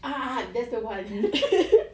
ah ah that's the one